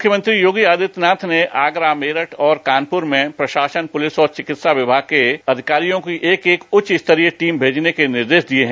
मुख्यमंत्री योगी आदित्यनाथ ने आगरा मेरठ और कानपुर में प्रशासन पुलिस और चिकित्सा विभाग के अधिकारियों की एक एक उच्च स्तरीय टीम भेजने के निर्देश दिए हैं